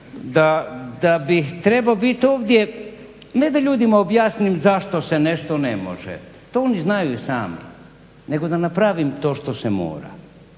da bih trebao biti ovdje ne da ljudima objasnim zašto se nešto ne može, to oni znaju i sami, nego da napravim to što se mora.